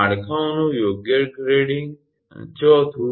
માળખાઓનું યોગ્ય ગ્રેડિંગ અને 4